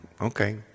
okay